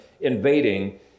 invading